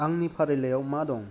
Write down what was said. आंनि फारिलाइयाव मा दं